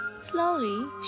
Slowly